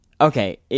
Okay